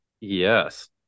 Yes